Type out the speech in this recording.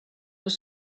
were